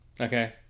okay